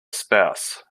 spouse